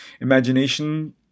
Imagination